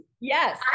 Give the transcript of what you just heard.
Yes